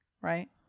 Right